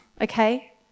okay